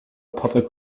public